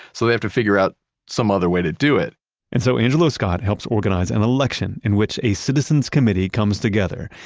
so they have to figure out some other way to do it and so angelo scott helps organize an election in which a citizen's committee comes together.